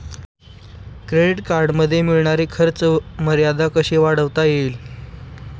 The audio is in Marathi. क्रेडिट कार्डमध्ये मिळणारी खर्च मर्यादा कशी वाढवता येईल?